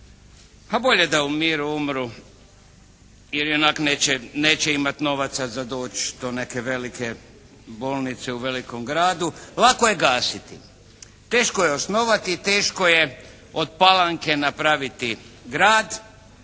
pa bolje da u miru umru jer ionako neće imati novaca za doći do neke velike bolnice u velikom gradu. Lako je gasiti, teško je osnovati, teško je od Palanke napraviti grad.